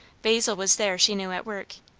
basil was there, she knew, at work.